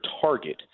target